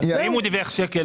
ואם הוא דיווח על שקל?